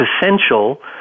essential